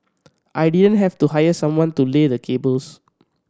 I didn't have to hire someone to lay the cables